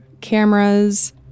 cameras